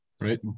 Right